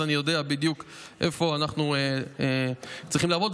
אז אני יודע בדיוק איפה אנחנו צריכים לעבוד.